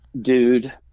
dude